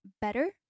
better